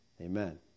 Amen